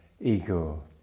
ego